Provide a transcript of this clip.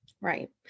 Right